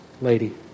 lady